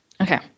Okay